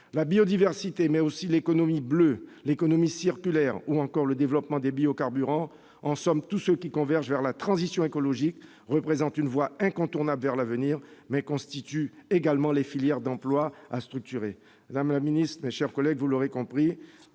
La biodiversité, mais aussi l'économie bleue, l'économie circulaire ou encore le développement des biocarburants- en somme, tout ce qui converge vers la transition écologique -représentent une voie incontournable vers l'avenir autant que des filières d'emplois à structurer.